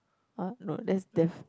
uh no that's death